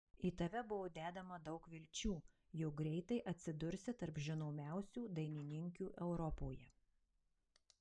į tave buvo dedama daug vilčių jog greitai atsidursi tarp žinomiausių dainininkių europoje